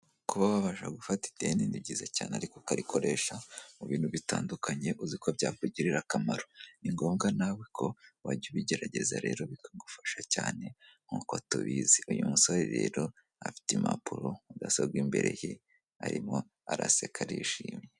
Kuba wabasha gufata ideni ni byiza cyane ariko ukarikoresha mu bintu bitandukanye uziko byakugirira akamaro, ni ngombwa nawe ko wajya ubigerageza rero bikagufasha cyane, nkuko tubizi uyu musore rero afite impapuro mudasobwa imbere ye arimo araseka arishimye.